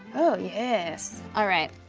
oh yes. alright,